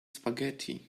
spaghetti